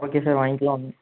okay sir வாங்கிக்கலாம் ஒன்றும்